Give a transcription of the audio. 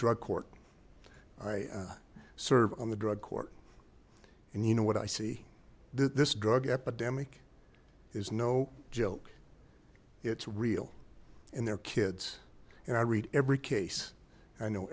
drug court i serve on the drug court and you know what i see this drug epidemic is no joke it's real and their kids and i read every case i know